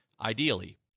ideally